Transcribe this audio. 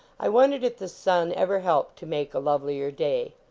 i won dered if the sun ever helped to make a lovelier day.